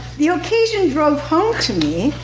the occasion drove home to me,